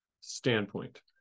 standpoint